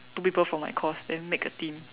two people from my course then make a team